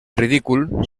ridícul